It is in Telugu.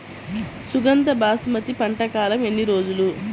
సుగంధ బాసుమతి పంట కాలం ఎన్ని రోజులు?